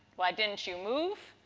why didn't you move.